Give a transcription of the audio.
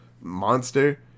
monster